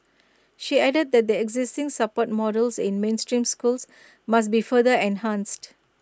she added that the existing support models in mainstream schools must be further enhanced